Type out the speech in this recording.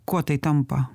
kuo tai tampa